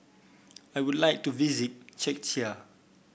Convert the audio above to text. I would like to visit Czechia